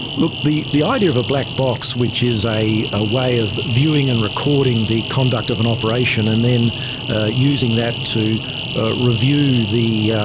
look, the the idea of a black box, which is a way of viewing and recording the conduct of an operation and then using that to review the